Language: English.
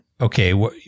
okay